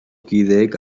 kideek